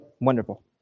Wonderful